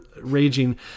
raging